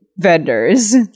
vendors